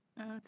Okay